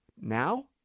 Now